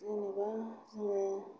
जेनेबा होनो